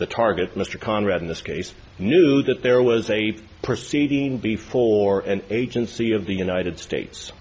the target mr conrad in this case knew that there was a proceeding before an agency of the united states